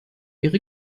ihre